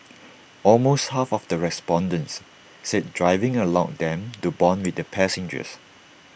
almost half of the respondents said driving allowed them to Bond with their passengers